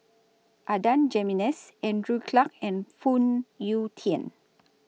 Adan Jimenez Andrew Clarke and Phoon Yew Tien